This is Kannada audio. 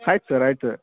ಆಯ್ತು ಸರ್ ಆಯಿತು